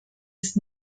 ist